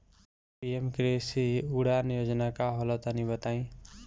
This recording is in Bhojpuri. पी.एम कृषि उड़ान योजना का होला तनि बताई?